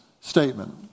statement